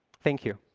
thank you,